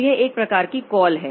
तो यह एक प्रकार की कॉल है